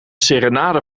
serenade